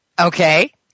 Okay